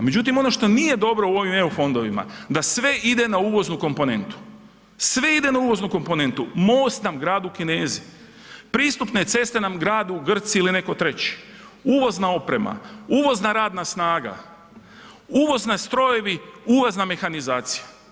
Međutim ono što nije dobro u ovim eu fondovima da sve ide na uvoznu komponentu, sve ide na uvodnu komponentu, most nam grade Kinezi, pristupne ceste nam grade Grci ili netko treći, uvozna oprema, uvozna radna snaga, uvozni strojevi, uvozna mehanizacija.